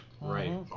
right